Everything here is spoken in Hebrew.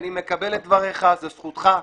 אני מקבל את דבריך, זו זכותך.